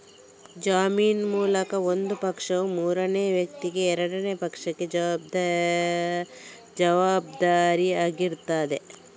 ಜಾಮೀನು ಮೂಲಕ ಒಂದು ಪಕ್ಷವು ಮೂರನೇ ವ್ಯಕ್ತಿಗೆ ಎರಡನೇ ಪಕ್ಷಕ್ಕೆ ಜವಾಬ್ದಾರಿ ಆಗಿರ್ತದೆ